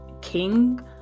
king